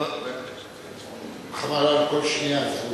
חבל על כל שנייה.